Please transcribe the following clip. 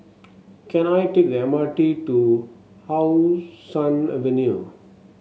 can I take the M R T to How Sun Avenue